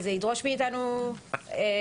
וזה ידרוש מאיתנו יותר זמן,